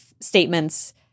statements